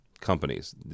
companies